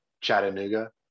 Chattanooga